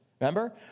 remember